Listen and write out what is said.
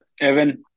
Evan